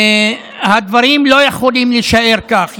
הדברים לא יכולים להישאר כך.